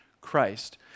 Christ